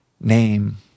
name